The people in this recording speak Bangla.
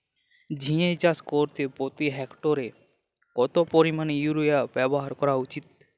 ঝিঙে চাষ করতে প্রতি হেক্টরে কত পরিমান ইউরিয়া ব্যবহার করা উচিৎ?